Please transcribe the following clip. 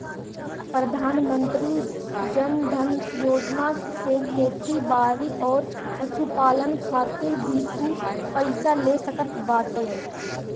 प्रधानमंत्री जन धन योजना से खेती बारी अउरी पशुपालन खातिर भी तू पईसा ले सकत बाटअ